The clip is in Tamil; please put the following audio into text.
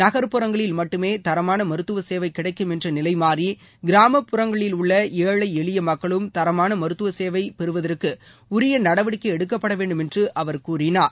நகர் புறங்களில் மட்டுமே தரமான மருத்துவ சேவை கிடைக்கும் என்ற நிலை மாறி கிராமப்புறங்களில் உள்ள ஏழை எளிய மக்களும் தரமான மருத்துவ சேவை பெறுதவற்கு உரிய நடவடிக்கை எடுக்கப்படவேண்டும் என்று அவர் கூறினார்